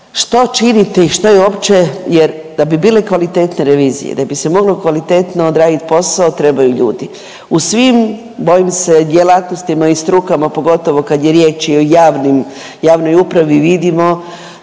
što činiti, što je uopće jer da bi bile kvalitetne revizije, da bi se moglo kvalitetno odradit posao trebaju ljudi. U svim bojim se djelatnostima i strukama, pogotovo kad je riječ i o javnim javnoj upravi vidimo